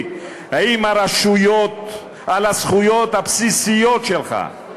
עם הרשויות על הזכויות הבסיסיות שלך,